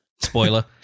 Spoiler